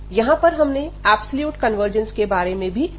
यहां पर हमने एब्सोल्यूट कन्वर्जेन्स के बारे में भी चर्चा की